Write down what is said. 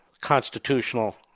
constitutional